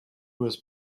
was